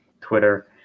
Twitter